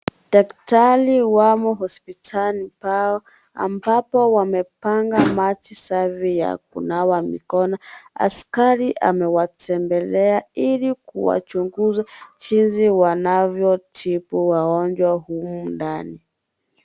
Daktari wamo hospitali pao. Ambapo wamepanga maji safi ya kunawa mikono. Askari amewatembelea ili kuwachunguza jinsi wanavyotibu wagonjwa humu ndani.